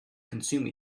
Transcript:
consume